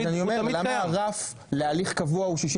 אז אני אומר, למה הרף להליך קבוע הוא 61?